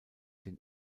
den